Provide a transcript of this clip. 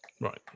Right